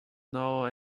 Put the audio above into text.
now